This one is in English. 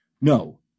No